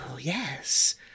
yes